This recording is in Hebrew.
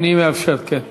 אפשר למחוא כפיים,